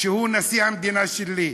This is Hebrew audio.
שהוא נשיא המדינה שלי.